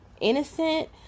innocent